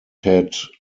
had